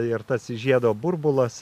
ir tas žiedo burbulas